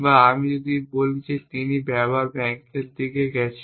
বা আমি যদি বলি তিনি আবার ব্যাঙ্কের দিকে গেছেন